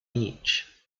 each